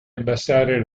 abbassare